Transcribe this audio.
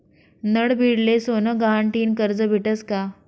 नडभीडले सोनं गहाण ठीन करजं भेटस का?